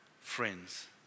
friends